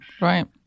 Right